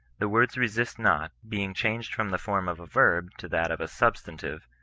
the words resist not, being changed from the form of a verb to that of a substantive,